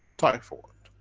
typhoid,